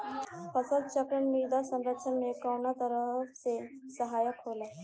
फसल चक्रण मृदा संरक्षण में कउना तरह से सहायक होला?